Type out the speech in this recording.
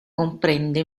comprende